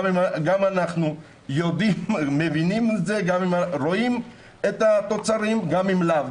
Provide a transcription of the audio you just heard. גם אם אנחנו מבינים את זה ורואים את התוצרים וגם אם לאו.